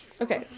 Okay